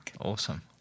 Awesome